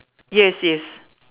yes yes